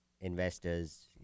investors